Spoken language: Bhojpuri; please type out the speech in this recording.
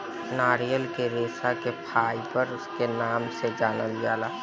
नारियल के रेशा के कॉयर फाइबर के नाम से जानल जाला